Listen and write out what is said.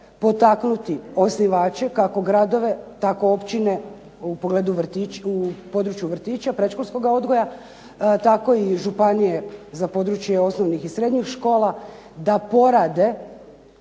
potaknuti osnivače, kako gradove, tako općine u pogledu, u području vrtića, predškolskoga odgoja, tako i županije za područje osnovnih i srednjih škola, da porade